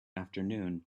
afternoon